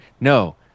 No